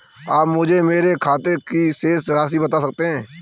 आप मुझे मेरे खाते की शेष राशि बता सकते हैं?